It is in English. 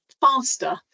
faster